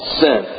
sin